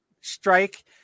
strike